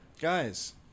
Guys